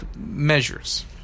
measures